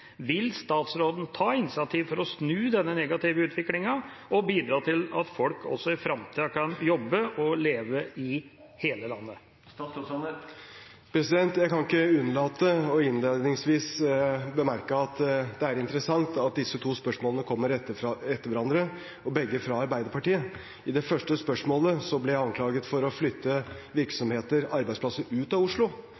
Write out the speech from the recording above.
Vil statsråden ta initiativ for å snu denne negative utviklingen og bidra til at folk også i framtida kan jobbe – og leve – i hele landet?» Jeg kan ikke unnlate innledningsvis å bemerke at det er interessant at disse to spørsmålene kommer etter hverandre, og begge er fra Arbeiderpartiet. I det første spørsmålet ble jeg anklaget for å flytte